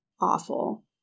Awful